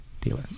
dealer